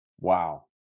Wow